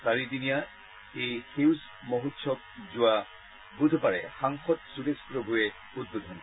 চাৰিদিনীয়া এই সেউজ মহোৎসৱ যোৱা বুধবাৰে সাংসদ সূৰশে প্ৰভৱে উদ্বোধন কৰে